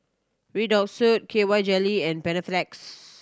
Redoxon K Y Jelly and Panaflex